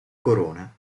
corona